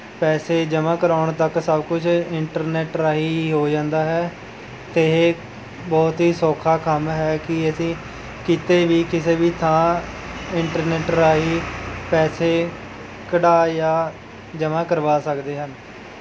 ਪੈਸੇ ਜਮ੍ਹਾਂ ਕਰਵਾਉਣ ਤੱਕ ਸਭ ਕੁਝ ਇੰਟਰਨੈੱਟ ਰਾਹੀਂ ਹੋ ਜਾਂਦਾ ਹੈ ਅਤੇ ਇਹ ਬਹੁਤ ਹੀ ਸੌਖਾ ਕੰਮ ਹੈ ਕਿ ਅਸੀਂ ਕਿਤੇ ਵੀ ਕਿਸੇ ਵੀ ਥਾਂ ਇੰਟਰਨੈੱਟ ਰਾਹੀਂ ਪੈਸੇ ਕੱਢਵਾ ਜਾਂ ਜਮ੍ਹਾਂ ਕਰਵਾ ਸਕਦੇ ਹਨ